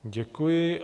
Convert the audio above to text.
Děkuji.